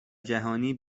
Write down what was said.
جهانی